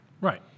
Right